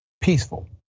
peaceful